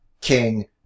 King